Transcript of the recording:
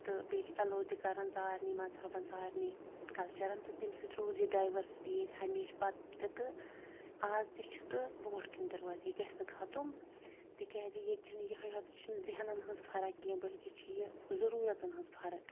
تہٕ بیٚیہِ چھِ اٮ۪لو تہِ کَرازن سارنی مذہَبَن سارنی کَلچَرَن تہٕ تیٚمہِ سۭتۍ روٗز یہِ ڈایؤرسٹی ییٚتہِ ہمیشہِ پَتہٕ تہِ تہٕ اَز تہِ چھِ تہٕ برونٛٹھ کُن تہِ روزِ یہِ گژھِ نہٕ ختم تِکیٛازِ ییٚتہِ چھِنہٕ یوٚہَے یوت یہِ چھِنہٕ ذہنَن ہٕنٛز فرق کینٛہہ بلکہ چھِ یہِ ضٔروٗرَتَن ہٕنٛز فرق